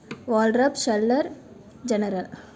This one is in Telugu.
ఓల్డ్రప్ షల్లర్ జనరల్